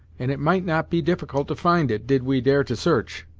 and it might not be difficult to find it, did we dare to search!